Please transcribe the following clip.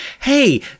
Hey